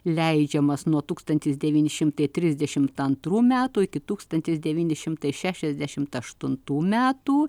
leidžiamas nuo tūkstantis devyni šimtai trisdešimt antrų metų iki tūkstantis devyni šimtai šešiasdešimt aštuntų metų